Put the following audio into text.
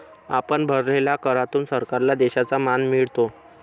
आपण भरलेल्या करातून सरकारला देशाचा मान मिळतो